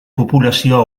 populazio